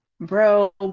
bro